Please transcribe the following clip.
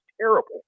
terrible